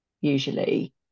usually